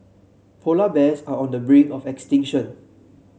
polar bears are on the brink of extinction